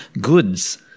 goods